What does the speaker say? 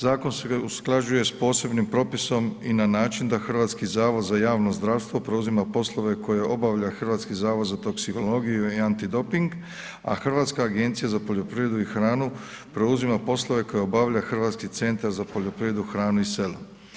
Zakon se usklađuje sa posebnim propisom i na način da Hrvatski zavod za javno zdravstvo preuzima poslove koje obavlja Hrvatski zavod za toksikologiju i antidoping a Hrvatska agencija za poljoprivredu i hranu preuzima poslove koje obavlja Hrvatski centar za poljoprivredu, hranu i selo.